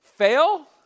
fail